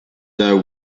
the